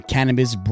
Cannabis